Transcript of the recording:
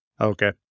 Okay